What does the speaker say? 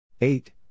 eight